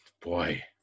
Boy